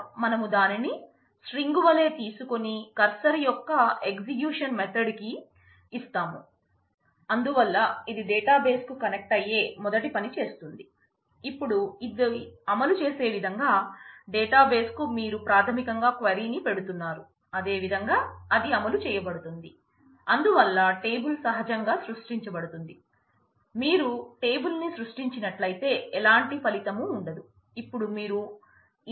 మనం cursor object చేయాలి